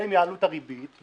והם יעלו את הריבית,